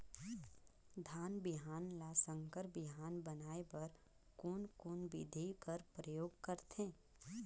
धान बिहान ल संकर बिहान बनाय बर कोन कोन बिधी कर प्रयोग करथे?